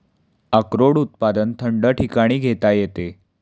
अक्रोड उत्पादन थंड ठिकाणी घेता येते